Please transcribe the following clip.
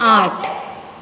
આઠ